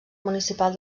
municipal